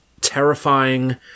terrifying